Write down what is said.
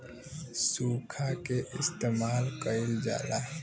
सुखा के इस्तेमाल कइल जाला